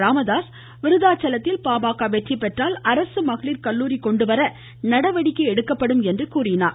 ராமதாஸ் விருத்தாச்சலத்தில் பாமக வெற்றி பெற்றால் அரசு மகளிர் கல்லூரி கொண்டு வர நடவடிக்கை எடுக்கப்படும் என்றார்